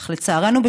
אך לצערנו,